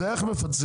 זה איך מפצלים?